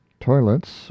Toilets